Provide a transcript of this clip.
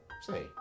Say